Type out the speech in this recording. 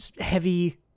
heavy